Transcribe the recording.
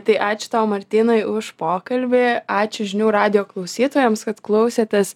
tai ačiū tau martynai už pokalbį ačiū žinių radijo klausytojams kad klausėtės